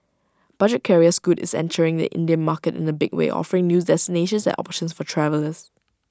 budget carrier scoot is entering the Indian market in A big way offering new destinations and options for travellers